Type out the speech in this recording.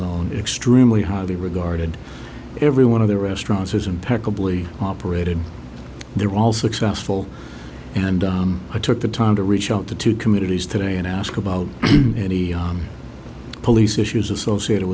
known extremely highly regarded every one of the restaurants is impeccably operated they're all successful and i took the time to reach out to two communities today and ask about any police issues associated